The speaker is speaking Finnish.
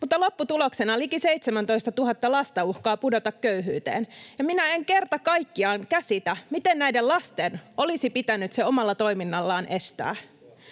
mutta lopputuloksena liki 17 000 lasta uhkaa pudota köyhyyteen, ja minä en kerta kaikkiaan käsitä, miten näiden lasten olisi pitänyt se omalla toiminnallaan estää.